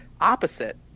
opposite